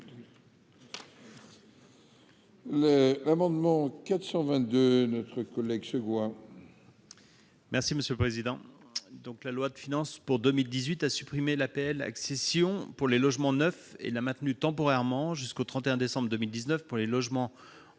amendement 422 notre collègue suédois.